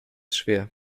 schwer